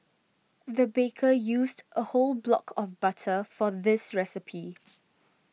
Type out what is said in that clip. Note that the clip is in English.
the baker used a whole block of butter for this recipe